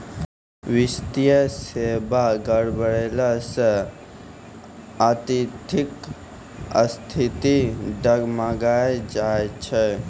वित्तीय सेबा गड़बड़ैला से आर्थिक स्थिति डगमगाय जाय छै